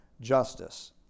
justice